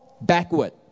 backward